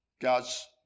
God's